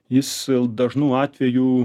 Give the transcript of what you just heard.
jis dažnu atvejų